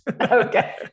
Okay